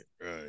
right